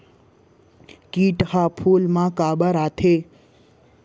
किट ह फूल मा काबर आथे?